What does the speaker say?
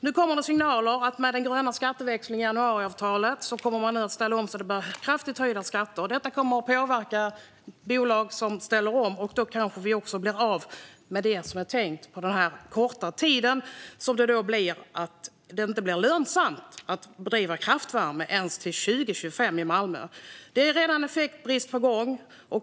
Nu kommer signaler om att den gröna skatteväxlingen i januariavtalet kommer att leda till kraftigt höjda skatter. Det kommer att påverka bolag som ställer om. Då kanske vi också blir av med det som är tänkt att vi ska ha under den korta tiden, då det inte blir lönsamt att driva kraftvärmeverk ens till 2025 i Malmö. Det är redan effektbrist på gång.